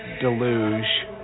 deluge